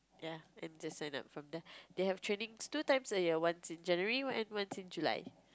ya and just sign up from there they have trainings two times a year once in January and once in July